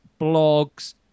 blogs